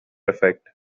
effect